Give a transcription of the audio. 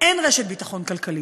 אין רשת ביטחון כלכלית.